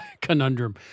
conundrum